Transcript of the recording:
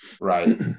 Right